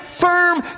firm